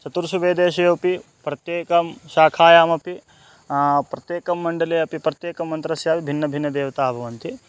चतुर्षु वेदेष्वपि प्रत्येकस्यां शाखायामपि प्रत्येकस्मिन् मण्डले अपि प्रत्येकमन्त्रस्यापि भिन्नभिन्नदेवताः भवन्ति